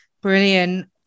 brilliant